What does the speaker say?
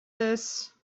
this